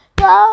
go